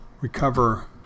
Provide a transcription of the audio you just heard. recover